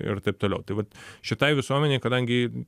ir taip toliau tai vat šitai visuomenei kadangi